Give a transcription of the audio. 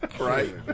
right